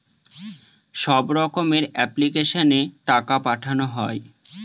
সব রকমের এপ্লিক্যাশনে টাকা পাঠানো হয়